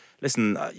listen